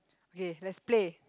okay let's play